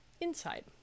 inside